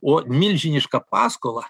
o milžinišką paskolą